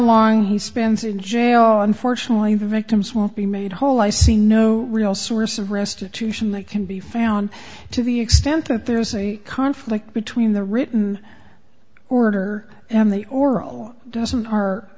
long he spends in jail unfortunately the victims will be made whole i see no real source of restitution that can be found to the extent that there's any conflict between the written order and the oral doesn't